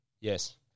Yes